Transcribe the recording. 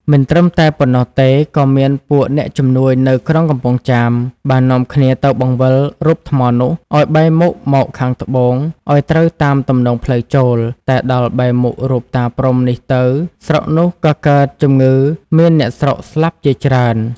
មិនត្រឹមតែប៉ុណ្ណោះទេក៏មានពួកអ្នកជំនួញនៅក្រុងកំពង់ចាម បាននាំគ្នាទៅបង្វិលរូបថ្មនោះ ឲ្យបែរមុខមកខាងត្បូងឲ្យត្រូវតាមទំនងផ្លូវចូល តែដល់បែរមុខរូបតា ព្រហ្ម នេះទៅ ស្រុកនោះក៏កើតជំងឺ មានអ្នកស្រុកស្លាប់ជាច្រើន ។